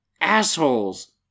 Assholes